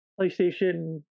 PlayStation